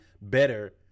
better